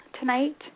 tonight